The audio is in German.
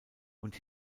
und